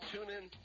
TuneIn